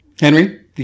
Henry